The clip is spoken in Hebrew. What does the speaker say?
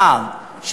כמו הפעם,